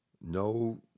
no